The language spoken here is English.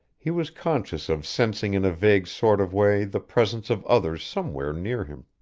he was conscious of sensing in a vague sort of way the presence of others somewhere near him.